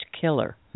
killer